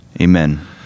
Amen